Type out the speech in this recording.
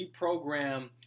reprogram